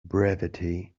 brevity